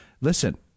listen